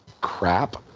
crap